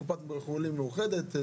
קופת חולים מאוחדת,